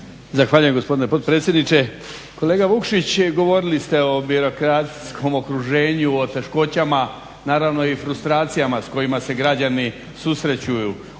Zahvaljujem gospodine potpredsjedniče. Kolega Vukšić govorili ste o birokracijskom okruženju, o teškoćama, naravno i frustracijama s kojima se građani susreću u